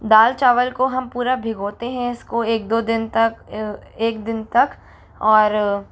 दाल चावल को हम पूरा भिगोते हैं इसको एक दो दिन तक एक दिन तक और